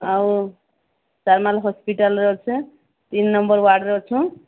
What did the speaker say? ଆଉ ଚାରମାଲ ହସ୍ପିଟାଲ୍ରେ ଅଛେ ତିନି ନମ୍ବର୍ ୱାର୍ଡ଼ରେ ଅଛୁଁ